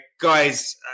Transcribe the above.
Guys